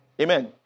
Amen